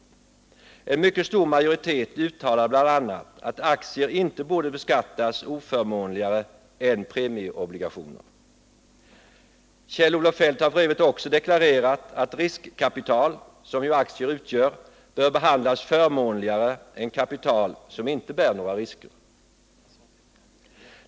En mycket stor majoritet uttalade bl.a. att aktier inte borde beskattas oförmånligare än premieobligationer. Också Kjell-Olof Feldt har deklarerat att riskkapital, som ju aktier utgör, bör behandlas förmånligare än kapital som inte bär några risker.